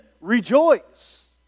rejoice